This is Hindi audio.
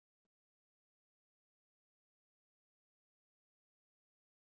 क्या ए.टी.एम कार्ड से किसी अन्य खाते में धनराशि ट्रांसफर कर सकता हूँ?